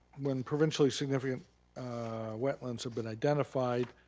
when provincially significant wetlands have been identified,